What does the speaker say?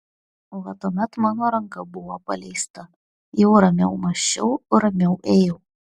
va tuomet mano ranka buvo paleista jau ramiau mąsčiau ramiau ėjau